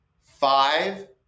five